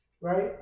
right